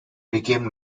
became